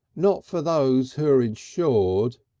not for those who're insured,